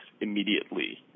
immediately